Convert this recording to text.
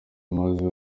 imaze